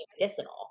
medicinal